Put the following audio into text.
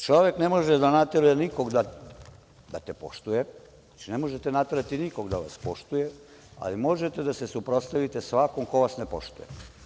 Čovek ne može da natera nikoga da te poštuje, znači, ne možete naterati nikoga da vas poštuje, ali možete da se suprotstavite svakom ko vas ne poštuje.